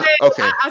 okay